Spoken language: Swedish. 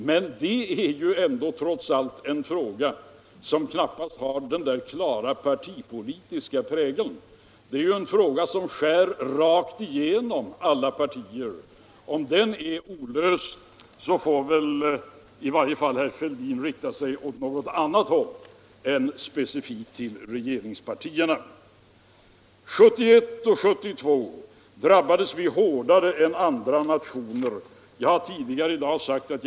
Men det är ju en fråga som knappast har klart partipolitisk prägel. Det är en fråga som skär rakt igenom alla partier. Om den är olöst så får herr Fälldin vända sig åt något annat håll också och inte specifikt till regeringspartiet. 1971 och 1972 drabbades vi hårdare än andra nationer, säger herr Fäll din.